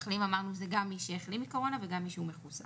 אמרנו שמי שמחלים הוא גם מי שהחלים וגם מי שמחוסן